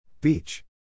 Beach